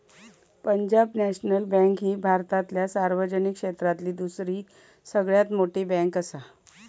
Punjab national bank ही भारतातल्या सार्वजनिक क्षेत्रातली दुसरी सगळ्यात मोठी बँकआसा